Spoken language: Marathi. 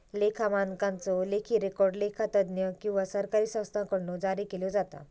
लेखा मानकांचो लेखी रेकॉर्ड लेखा तज्ञ किंवा सरकारी संस्थांकडुन जारी केलो जाता